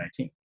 2019